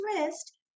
wrist